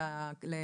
נכון?